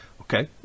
Okay